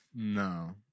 No